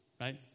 right